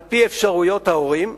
על-פי אפשרויות ההורים: